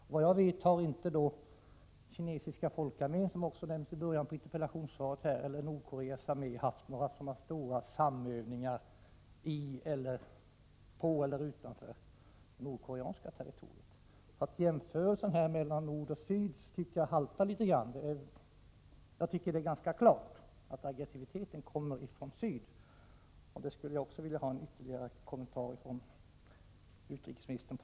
Och vad jag vet har inte den kinesiska folkarmén, som också nämns i början av interpellationssvaret, eller Nordkoreas armé haft sådana stora samövningar på eller utanför nordkoreanskt territorium. Jämförelsen mellan Nordkorea och Sydkorea tycker jag haltar — jag tycker det är ganska klart att aggressiviteten kommer från Sydkorea. Beträffande detta skulle jag också vilja ha en ytterligare kommentar från utrikesministern.